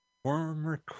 Former